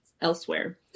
elsewhere